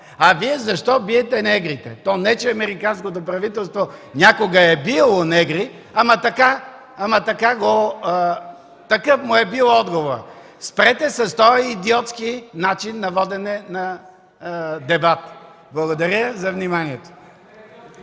„А вие защо биете негрите?” То не че американското правителство някога е биело негри, ама такъв му е бил отговорът. Спрете с този идиотски начин на водене на дебат. Благодаря за вниманието.